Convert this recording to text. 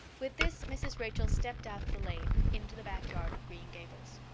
with this mrs. rachel stepped out of the lane into the backyard of green gables.